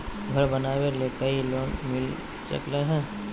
घर बनावे ले कोई लोनमिल सकले है?